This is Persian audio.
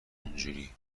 اونجوری